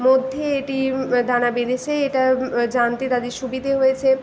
মধ্যে এটি দানা বেঁধেছে এটা জানতে তাদের সুবিধে হয়েছে